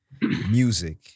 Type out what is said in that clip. music